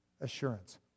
assurance